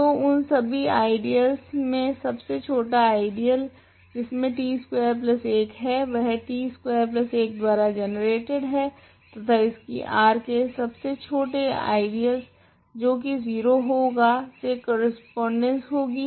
तो उन सभी आइडियलस मे सब से छोटा आइडियल जिसमे t स्कवेर 1 है वह t स्कवेर 1 द्वारा जनरेटेड है तथा इसकी R के सबसे छोटे आइडियल जो की 0 होगा से करस्पोंडेंस होगी